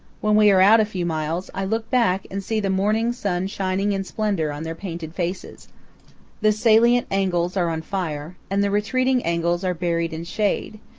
when we are out a few miles, i look back and see the morning sun shining in splendor on their painted faces the salient angles are on fire, and the retreating angles are buried in shade,